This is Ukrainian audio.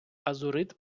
азурит